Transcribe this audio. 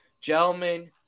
Gentlemen